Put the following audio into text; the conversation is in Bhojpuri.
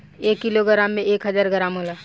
एक किलोग्राम में एक हजार ग्राम होला